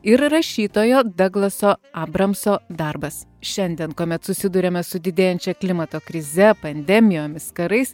ir rašytojo daglaso abramso darbas šiandien kuomet susiduriame su didėjančia klimato krize pandemijomis karais